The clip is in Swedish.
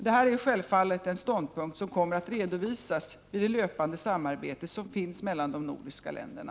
Detta är självfallet en ståndpunkt som kommer att redovisas vid det löpande samarbete som finns mellan de nordiska länderna.